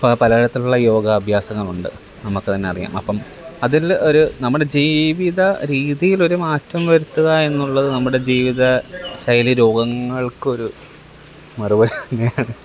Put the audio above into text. ഇപ്പം പല തരത്തിലുള്ള യോഗ അഭ്യാസങ്ങളുണ്ട് നമ്മൾക്ക് തന്നെ അറിയാം അപ്പം അതില് ഒരു നമ്മുടെ ജീവിത രീതിയിൽ ഒരു മാറ്റം വരുത്തുക എന്നുള്ളത് നമ്മുടെ ജീവിതശൈലി രോഗങ്ങള്ക്ക് ഒരു മറുപടി തന്നെയാണ്